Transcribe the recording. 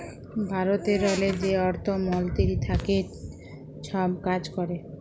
ভারতেরলে যে অর্থ মলতিরি থ্যাকে ছব কাজ ক্যরে